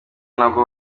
nabwo